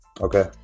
Okay